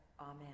Amen